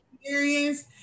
experience